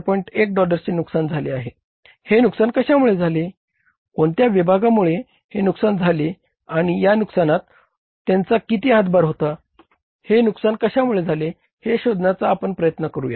1 डॉलर्सचे नुकसान झाले आहे हे नुकसान कशामुळे झाले कोणत्या विभागामुळे हे नुकसान झाले आणि या नुकसानात त्यांचा किती हातभार होता हे नुकसान कशामुळे झाले हे शोधण्याचा आपण प्रयत्न करूया